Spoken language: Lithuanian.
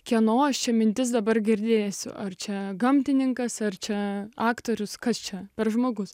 kieno ši mintis dabar girdėsiu ar čia gamtininkas ar čia aktorius kas čia per žmogus